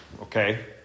okay